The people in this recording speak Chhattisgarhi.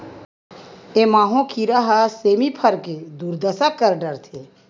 ए माहो कीरा ह सेमी फर के दुरदसा कर डरथे